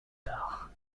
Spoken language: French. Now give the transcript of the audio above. tard